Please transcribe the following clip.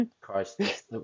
Christ